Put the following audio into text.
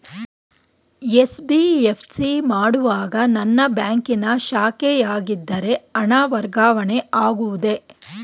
NBFC ಮಾಡುವಾಗ ನನ್ನ ಬ್ಯಾಂಕಿನ ಶಾಖೆಯಾಗಿದ್ದರೆ ಹಣ ವರ್ಗಾವಣೆ ಆಗುವುದೇ?